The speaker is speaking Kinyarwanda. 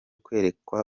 kwerekwa